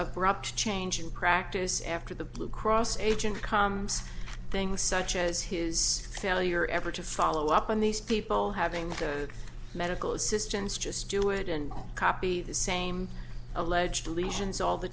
abrupt change in practice after the blue cross agent comes things such as his failure ever to follow up on these people having the code medical assistance just do it and copy the same alleged